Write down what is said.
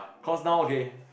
cause now again